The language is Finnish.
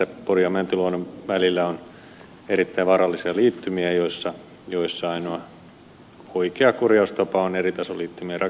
porin ja mäntyluodon välillä on erittäin vaarallisia liittymiä joissa ainoa oikea korjaustapa on eritasoliittymien rakentaminen